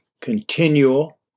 continual